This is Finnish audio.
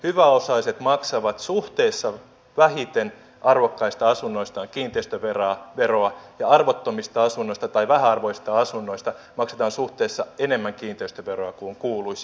hyväosaiset maksavat suhteessa vähiten arvokkaista asunnoistaan kiinteistöveroa ja arvottomista asunnoista tai vähäarvoisista asunnoista maksetaan suhteessa enemmän kiinteistöveroa kuin kuuluisi